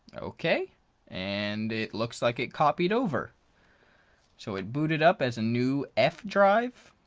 okay and it looks like it copied over so it booted up as a new f drive